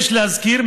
יש להזכיר,